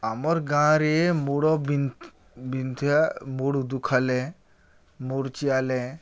ଆମର୍ ଗାଁ'ରେ ମୂଡ଼୍ ବିନ୍ଧା ମୂଡ଼୍ ଦୁଖାଲେ ମୂଡ଼୍ ଚିଆଲେ